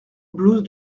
blouse